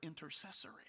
intercessory